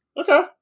Okay